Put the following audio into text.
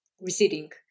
receding